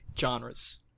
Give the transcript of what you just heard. genres